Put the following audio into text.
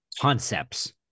concepts